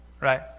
right